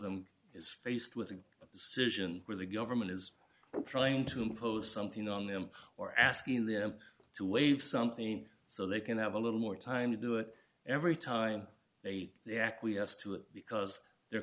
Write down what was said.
them is faced with a situation where the government is trying to impose something on them or asking them to waive something so they can have a little more time to do it every time they acquiesce to it because they're